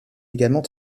également